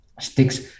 sticks